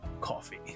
Coffee